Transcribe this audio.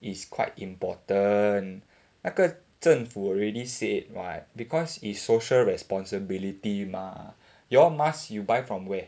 is quite important 那个政府 already said [what] because it's social responsibility mah your mask you buy from where